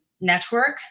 network